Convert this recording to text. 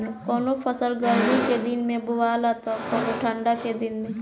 कवनो फसल गर्मी के दिन में बोआला त कवनो ठंडा के दिन में